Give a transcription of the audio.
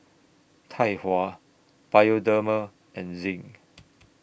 Tai Hua Bioderma and Zinc